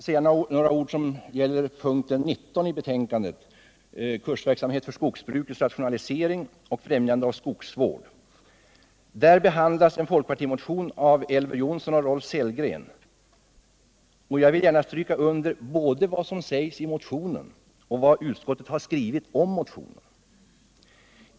Under punkten 19 i betänkandet, som gäller kursverksamhet för skogsbrukets rationalisering och främjande av skogsvård, behandlas en folkpartimotion av Elver Jonsson och Rolf Sellgren. Jag vill gärna stryka under både vad som sägs i den motionen och vad utskottet skriver om motionen.